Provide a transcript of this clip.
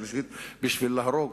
השלישית בשביל להרוג,